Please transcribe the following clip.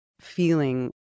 feeling